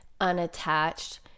unattached